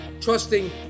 trusting